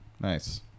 Nice